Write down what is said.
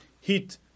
heat